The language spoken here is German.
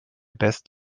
best